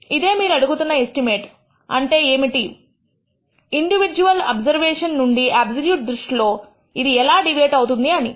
అదే మీరు అడుగుతున్న ఎస్టిమేట్ అంటే ఏమిటి ఇండివిడ్యువల్ అబ్జర్వేషన్ నుండి ఆబ్సొల్యూట్ దృష్టిలో ఇది ఎలా డీవియేట్ అవుతుంది అని